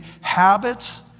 habits